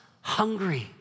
hungry